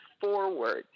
forward